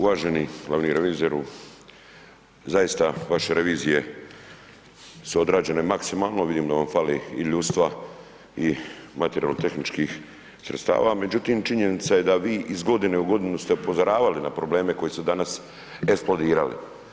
Uvaženi glavni revizoru, zaista vaše revizije su odrađene maksimalno, vidim da vam fali i ljudstva i materijalno-tehničkih sredstava, međutim činjenica je da vi iz godine u godinu ste upozoravali na probleme koji su danas eksplodirali.